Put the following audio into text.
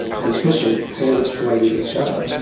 and especially parents blaming each other,